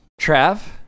Trav